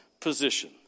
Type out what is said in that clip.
position